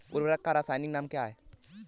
उर्वरक का रासायनिक नाम क्या है?